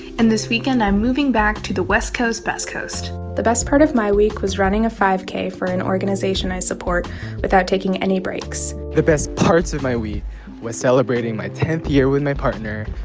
and this weekend, i'm moving back to the west coast best coast the best part of my week was running a five k for an organization i support without taking any breaks the best parts of my week was celebrating my tenth year with my partner,